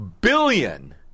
billion